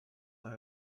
are